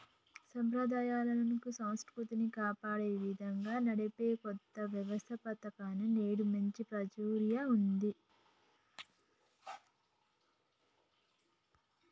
సంప్రదాయాలను, సంస్కృతిని కాపాడే విధంగా నడిపే కొత్త వ్యవస్తాపకతలకు నేడు మంచి ప్రాచుర్యం ఉన్నది